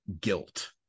guilt